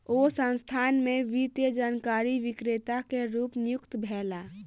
ओ संस्थान में वित्तीय जानकारी विक्रेता के रूप नियुक्त भेला